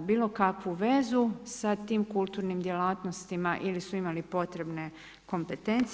bilo kakvu vezu sa tim kulturnim djelatnostima ili su imali potrebne kompetencije.